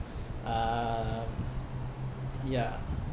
um ya